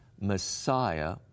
Messiah